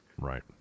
Right